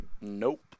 Nope